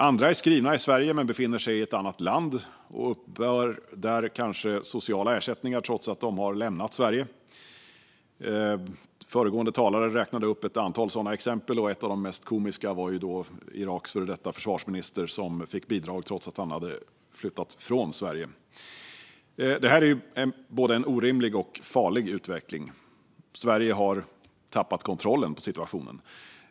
Andra är skrivna i Sverige men befinner sig i ett annat land och uppbär där kanske sociala ersättningar trots att de har lämnat Sverige. Föregående talare räknade upp ett antal sådana exempel. Ett av de mest komiska var Iraks före detta försvarsminister, som fick bidrag trots att han hade flyttat från Sverige. Detta är en både orimlig och farlig utveckling. Sverige har tappat kontrollen över situationen.